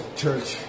church